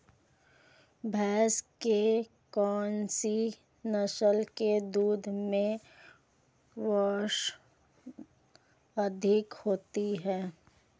भैंस की कौनसी नस्ल के दूध में वसा अधिक होती है?